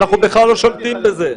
אנחנו בכלל לא שולטים בזה.